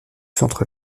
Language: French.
centre